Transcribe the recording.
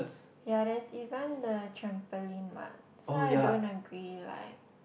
ya there's even the trampoline what so I don't agree like